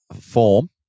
form